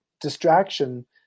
distraction